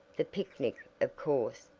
the picnic, of course,